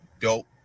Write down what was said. dope